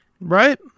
Right